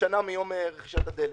מיום רכישת הדלק.